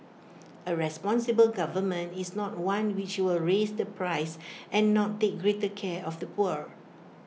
A responsible government is not one which will raise the price and not take greater care of the poor